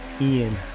ian